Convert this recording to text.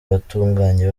batugannye